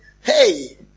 hey